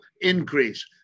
increase